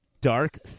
dark